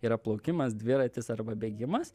yra plaukimas dviratis arba bėgimas